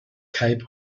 cape